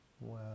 Wow